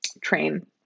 train